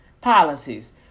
policies